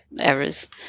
errors